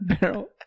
barrel